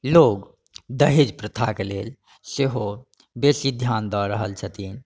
लोग दहेज़ प्रथाके लेल सेहो बेसी ध्यान दऽ रहल छथिन